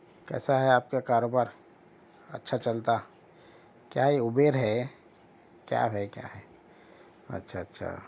کیسا ہے آپ کا کاروبار اچھا چلتا کیا یہ ابیر ہے کیا ہے کیا ہے اچھا اچھا ہوں